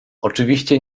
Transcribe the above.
oczywiście